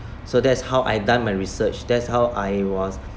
so that's how I done my research that's how I was